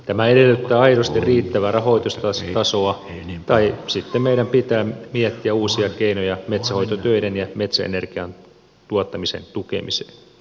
tämä edellyttää aidosti riittävää rahoitustasoa tai sitten meidän pitää miettiä uusia keinoja metsänhoitotöiden ja metsäenergian tuottamisen tukemiseen